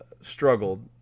struggled